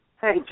Hey